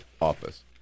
office